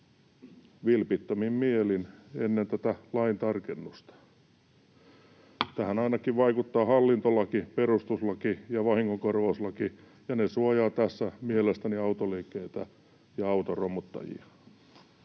vilpittömin mielin ennen tätä lain tarkennusta. Tähän vaikuttavat ainakin hallintolaki, perustuslaki ja vahingonkorvauslaki, ja ne suojaavat tässä mielestäni autoliikkeitä ja auton romuttajia.